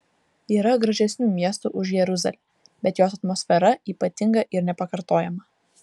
yra gražesnių miestų už jeruzalę bet jos atmosfera ypatinga ir nepakartojama